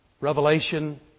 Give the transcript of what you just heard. Revelation